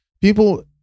people